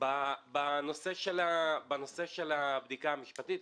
בנושא של הבדיקה המשפטית,